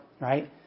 right